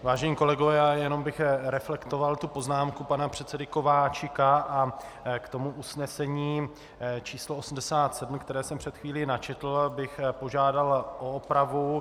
Vážení kolegové, já jenom bych reflektoval poznámku pana předsedy Kováčika k tomu usnesení číslo 87, které jsem před chvílí načetl, abych požádal o opravu.